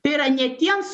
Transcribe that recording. tai yra ne tiems